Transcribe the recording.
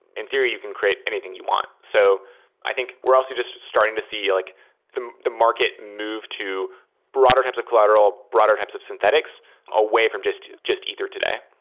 in theory, you can create anything you want. so i think we're also just starting to see like the the market move to broader types of collateral, broader types of synthetics away from just just ether today.